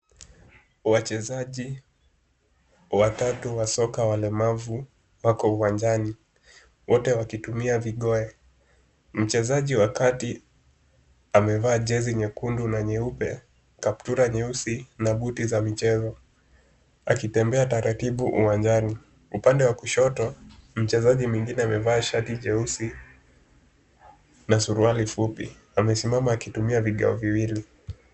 Wachezaji watatu wa soka walemavu wako uwanjani wote wakitumia vigoli. Mchezaji wa kati amevaa jezi nyekundu na nyeupe, kaptura nyeusi na buti za mchezo akitembea taratibu uwanjani. Upande wa kushoto mchezaji mwingine amevaa shati jeusi na suruali fupi. Amesimama akitumia vigao viwili.